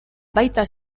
baita